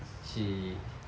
she